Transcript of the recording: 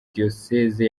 diyoseze